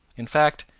in fact,